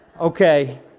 Okay